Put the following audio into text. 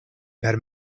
per